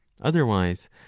otherwise